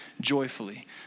joyfully